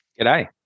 G'day